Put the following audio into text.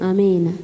Amen